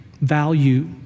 value